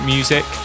Music